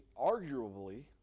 arguably